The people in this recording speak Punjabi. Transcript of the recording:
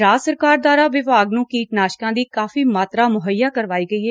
ਰਾਜ ਸਰਕਾਰ ਦੁਆਰਾ ਵਿਭਾਗ ਨੂੰ ਕੀਟਨਾਸਕਾਂ ਦੀ ਕਾਫੀ ਮਾਤਰਾ ਮੁਹੱਈਆ ਕਰਵਾਈ ਗਈ ਏ